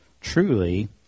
truly